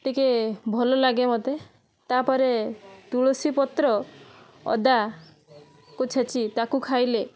ଟିକେ ଭଲ ଲାଗେ ମତେ ତାପରେ ତୁଳସୀପତ୍ର ଅଦାକୁ ଛେଚି ତାକୁ ଖାଇଲେ